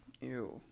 ew